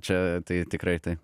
čia tai tikrai taip